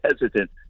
hesitant